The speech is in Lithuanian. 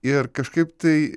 ir kažkaip tai